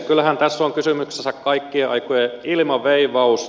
kyllähän tässä on kysymyksessä kaikkien aikojen ilmaveivaus